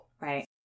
Right